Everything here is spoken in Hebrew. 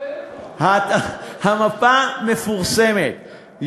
המפה מפורסמת.